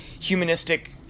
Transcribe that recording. humanistic